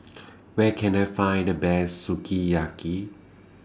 Where Can I Find The Best Sukiyaki